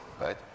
right